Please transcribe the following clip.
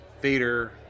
Vader